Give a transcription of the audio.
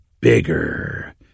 BIGGER